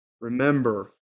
remember